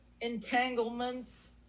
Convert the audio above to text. entanglements